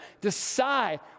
decide